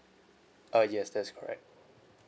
uh yes that is correct